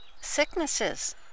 sicknesses